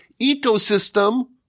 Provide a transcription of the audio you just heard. ecosystem